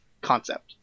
concept